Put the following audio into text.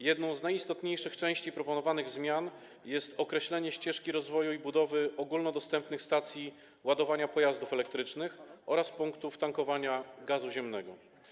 Jedną z najistotniejszych części proponowanych zmian jest określenie ścieżki rozwoju i budowy ogólnodostępnych stacji ładowania pojazdów elektrycznych oraz punktów tankowania gazu ziemnego.